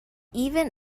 even